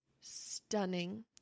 stunning